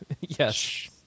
Yes